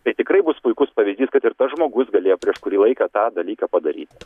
tai tikrai bus puikus pavyzdys kad ir tas žmogus galėjo prieš kurį laiką tą dalyką padaryti